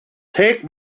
take